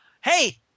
Hey